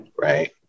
right